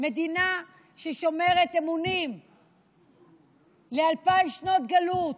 מדינה ששומרת אמונים לאלפיים שנות גלות,